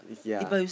ya